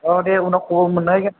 औ दे उनाव खबर मोनलायगोन